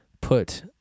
put